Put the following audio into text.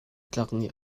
nih